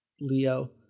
Leo